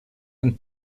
ein